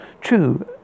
true